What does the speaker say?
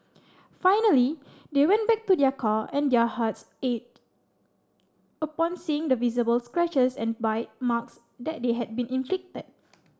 finally they went back to their car and their hearts ached upon seeing the visible scratches and bite marks that had been inflicted